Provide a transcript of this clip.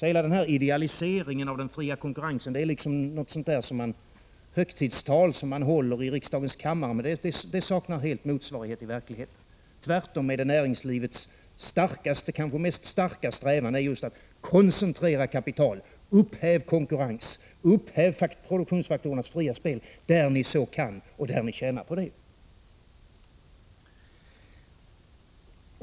Hela idealiseringen av den fria konkurrensen är liksom ett högtidstal som man håller i riksdagens kammare, men den saknar helt motsvarighet i verkligheten. Tvärtom är näringslivets starkaste strävan just att koncentrera kapital, upphäva konkurrensen, upphäva produktionsfaktorernas fria spel där så är möjligt och där man tjänar på det.